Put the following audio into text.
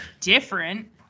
different